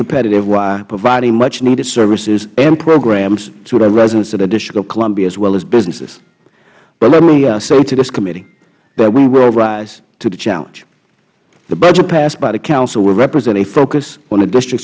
competitive while providing muchneeded services and programs to the residents of the district of columbia as well as businesses but let me say to this committee that we will rise to the challenge the budget passed by the council will represent a focus on the district